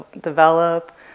develop